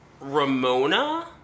Ramona